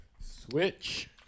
switch